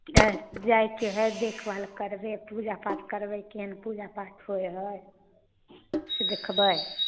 जायके है देखभाल करबै पूजा पाठ करबै केहन पूजा पाठ होय है से देखबै